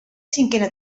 cinquena